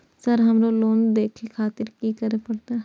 Sir हमरो loan देखें खातिर की करें परतें?